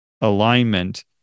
alignment